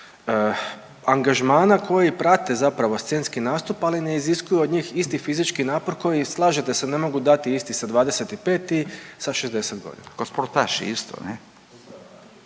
angažmana koji prate zapravo scenski nastup ali ne iziskuje od njih isti fizički napor koji slažete se ne mogu dati isti sa 25 i 60 godina. **Radin,